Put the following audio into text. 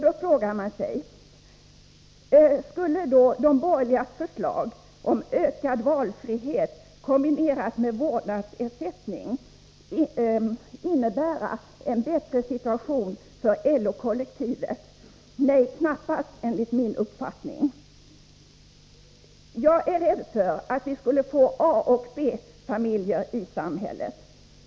Då frågar man sig: Skulle de borgerligas förslag om ökad valfrihet, kombinerad med vårdnadsersättning, innebära en bättre situation för LO-kollektivet? Nej, knappast, enligt min uppfattning. Jag är rädd för att vi skulle få A och B-familjer i samhället.